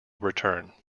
return